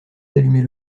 d’allumer